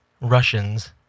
Russians